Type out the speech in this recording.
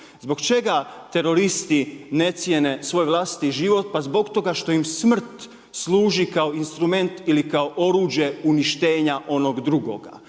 Zbog čega teroristi ne cijene svoj vlastit život? Pa zbog toga što im smrt služi kao instrument ili kao oruđe uništenja onog drugoga.